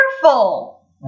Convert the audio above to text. careful